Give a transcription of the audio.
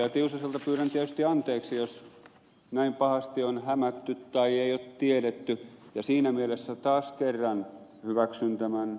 tiusaselta pyydän tietysti anteeksi jos näin pahasti on hämätty tai ei ole tiedetty ja siinä mielessä taas kerran hyväksyn tämän ed